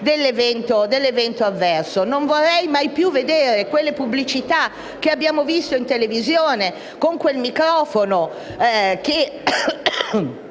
dell'evento avverso. Non vorrei mai più vedere le pubblicità che abbiamo visto in televisione, con quel microfono che